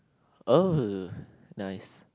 oh nice